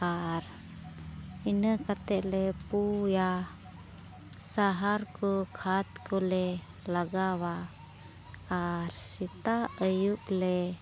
ᱟᱨ ᱤᱱᱟᱹ ᱠᱟᱛᱮᱫ ᱞᱮ ᱯᱩᱭᱟ ᱥᱟᱨ ᱠᱚ ᱠᱷᱚᱫᱽ ᱠᱚᱞᱮ ᱞᱟᱜᱟᱣᱟ ᱟᱨ ᱥᱮᱛᱟᱜ ᱟᱹᱭᱩᱵ ᱞᱮ